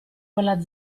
quella